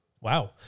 Wow